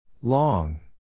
Long